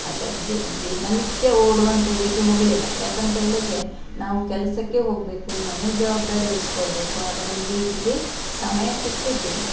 ಅದರ ದೆ ದಿನನಿತ್ಯ ಓಡುವಂಥ ಇದಕ್ಕೆ ಹೋಗಲಿಲ್ಲ ಯಾಕಂತೇಳಿದರೆ ನಾವು ಕೆಲಸಕ್ಕೆ ಹೋಗಬೇಕು ಮನೆ ಜವಾಬ್ದಾರಿ ವಹಿಸಿಕೊಳ್ಬೇಕು ಆಗ ನಮಗೆ ಇದಕ್ಕೆ ಸಮಯ ಸಿಗ್ತಿರಲಿಲ್ಲ